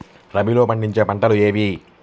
రబీలో పండించే పంటలు ఏవి?